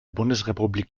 bundesrepublik